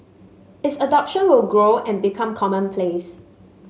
its adoption will grow and become commonplace